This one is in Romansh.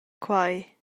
quei